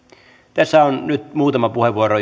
tässä on nyt muutama puheenvuoro